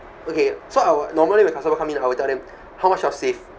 okay so I will normally the customer come in I will tell them how much you all save